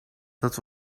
dat